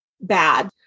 bad